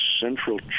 central